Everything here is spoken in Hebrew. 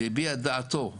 והביע דעתו שהיא,